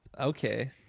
okay